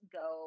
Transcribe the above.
go